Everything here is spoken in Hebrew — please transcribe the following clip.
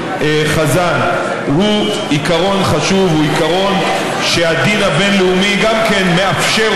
אני ביקשתי לעשות זאת כדי שאנחנו נוכל